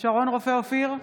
שרון רופא אופיר,